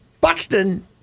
Buxton